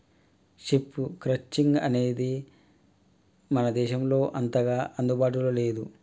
sheep crutching అనేది మన దేశంలో అంతగా అందుబాటులో లేదు